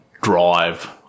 drive